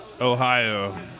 Ohio